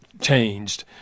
changed